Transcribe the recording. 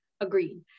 agreed